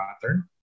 pattern